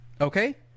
Okay